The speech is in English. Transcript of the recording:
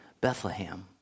Bethlehem